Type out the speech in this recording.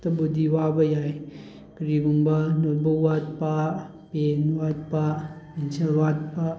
ꯇꯕꯨꯗꯤ ꯋꯥꯕ ꯌꯥꯏ ꯀꯔꯤꯒꯨꯝꯕ ꯅꯣꯠꯕꯨꯀ ꯋꯥꯠꯄ ꯄꯦꯟ ꯋꯥꯠꯄ ꯄꯦꯟꯁꯤꯜ ꯋꯥꯠꯄ